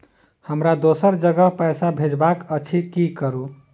हमरा दोसर जगह पैसा भेजबाक अछि की करू?